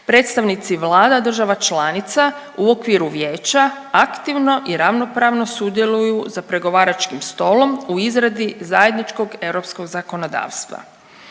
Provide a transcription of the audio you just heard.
predstavnici vlada država članica u okviru vijeća aktivno i ravnopravno sudjeluju za pregovaračkim stolom u izradi zajedničkog europskog zakonodavstva.